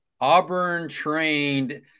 Auburn-trained